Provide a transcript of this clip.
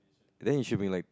then you should be like